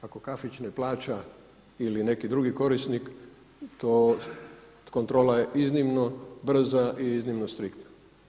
Ako kafić ne plaća ili neki drugi korisnik kontrola je iznimno brza i iznimno striktna.